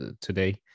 today